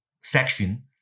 section